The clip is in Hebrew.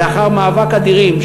לאחר מאבק אדירים,